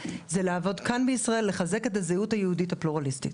היא לעבוד כאן בישראל ולחזק את הזהות היהודית הפלורליסטית.